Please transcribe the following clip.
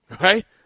Right